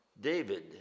David